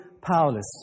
powerless